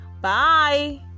Bye